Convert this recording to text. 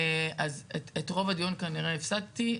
את רוב הדיון כנראה הפסדתי.